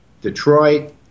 Detroit